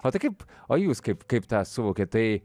o tai kaip o jūs kaip kaip tą suvokiat tai